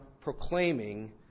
proclaiming